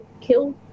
kill